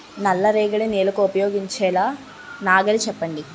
నల్ల రేగడి నెలకు ఉపయోగించే నాగలి చెప్పండి?